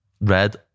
red